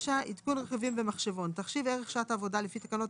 עדכון רכיבים במחשבון 9. תחשיב ערך שעת עבודה לפי תקנות